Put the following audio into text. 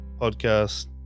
podcast